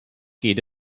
geht